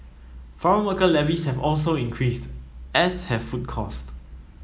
foreign worker levies have also increased as have food cost